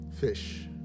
fish